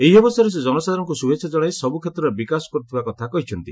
ଏହି ଅବସରରେ ସେ ଜନସାଧାରଣଙ୍କୁ ଶୁଭେଚ୍ଛା ଜଣାଇ ସବୁ କ୍ଷେତ୍ରରେ ବିକାଶ କରୁଥିବା କଥା କହିଛନ୍ତି